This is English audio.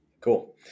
Cool